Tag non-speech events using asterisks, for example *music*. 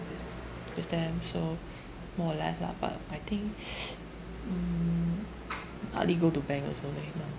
with with them so more or less lah but I think *noise* mm hardly go to bank also leh now